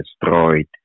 destroyed